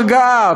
הרגעה,